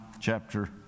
chapter